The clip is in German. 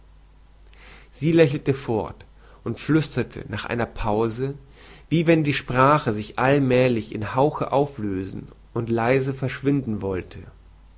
sie lächelte fort und flüsterte nach einer pause wie wenn die sprache sich allmälig in hauche auflösen und leise verschwinden wollte